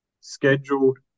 scheduled